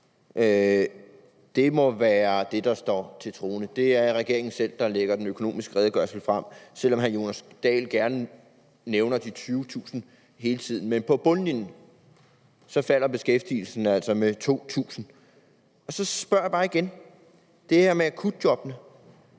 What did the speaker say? Det må være det, der står til troende. Det er regeringen selv, der lægger Økonomisk Redegørelse frem, selv om hr. Jonas Dahl gerne nævner de 20.000 hele tiden. Men på bundlinjen falder beskæftigelsen altså med 2.000 personer. Så spørger jeg bare igen om det her med akutjobbene.